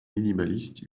minimaliste